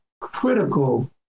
critical